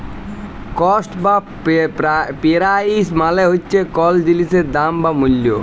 cost বা price মালে হছে কল জিলিসের দাম বা মূল্য